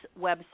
website